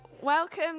welcome